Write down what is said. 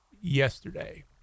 yesterday